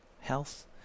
health